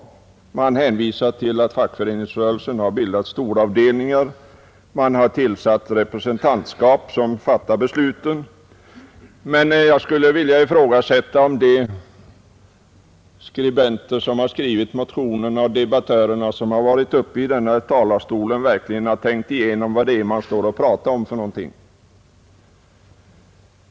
Det har hänvisats till att fackföreningsrörelsen bildat storavdelningar och representantskap, som fattar besluten. Men jag skulle vilja ifrågasätta om de skribenter som författat motionerna och de debattörer som varit uppe i talarstolen verkligen har tänkt igenom vad det är de pratar om.